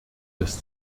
des